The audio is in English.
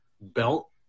belt